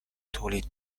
تولید